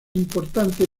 importante